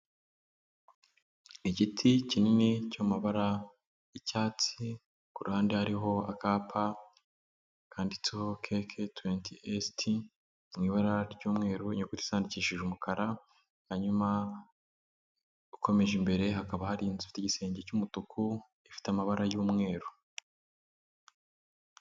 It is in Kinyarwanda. Igiti kinini cy'amabara y'icyatsi, ku ruhande hariho akapa kanditseho keke twenti esiti mu ibara ry'umweru. Inyuguti zandikishije umukara, hanyuma ukomeje imbere hakaba hari inzu ifite igisenge cy'umutuku. Ifite amabara y'umweru.